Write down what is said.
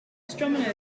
astronomers